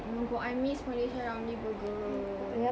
oh my god I miss malaysia Ramly burger